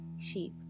sheep